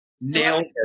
Nails